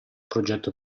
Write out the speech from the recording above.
progetto